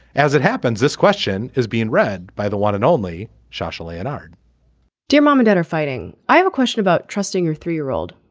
as it happens this question is being read by the one and only socially and our dear mom and dad are fighting i have a question about trusting your three year old.